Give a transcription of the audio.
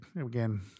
again